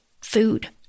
food